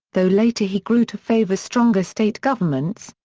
though later he grew to favor stronger state governments,